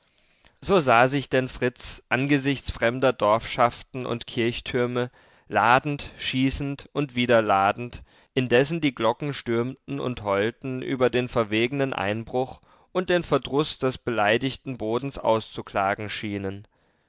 so sah sich denn fritz angesichts fremder dorfschaften und kirchtürme ladend schießend und wieder ladend indessen die glocken stürmten und heulten über den verwegenen einbruch und den verdruß des beleidigten bodens auszuklagen schienen